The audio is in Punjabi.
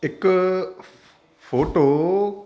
ਇੱਕ ਫੋਟੋ